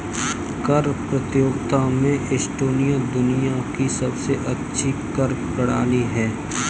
कर प्रतियोगिता में एस्टोनिया दुनिया की सबसे अच्छी कर प्रणाली है